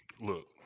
Look